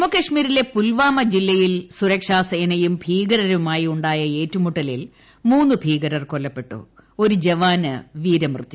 ജമ്മു കശ്മീരിലെ പുൽവാമ ജില്ലയിൽ സുരക്ഷാസേനയും ഭീകരരുമായി ഉണ്ടായ ഏറ്റുമുട്ടലിൽ മൂന്നു ഭീകരർ കൊല്ലപ്പെട്ടു ഒരു ജവാന് വീരമൃത്യു